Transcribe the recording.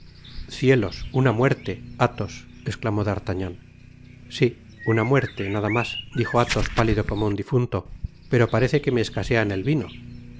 cielos una muerte athos esclamó d'artagnan si una muerte nada mas dijo athos pálido como un difunto pero parece que me escasean el vino